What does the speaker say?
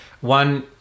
One